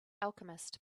alchemist